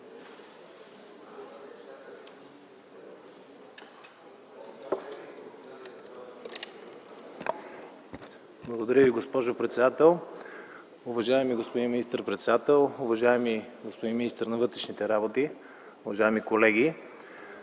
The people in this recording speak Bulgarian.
Благодаря Ви, госпожо председател Уважаеми господин министър - председател, уважаеми господин министър на вътрешните работи, уважаеми колеги!